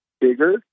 bigger